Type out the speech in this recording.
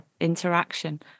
Interaction